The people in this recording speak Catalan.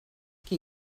qui